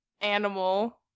animal